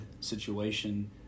situation